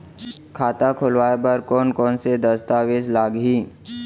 खाता खोलवाय बर कोन कोन से दस्तावेज लागही?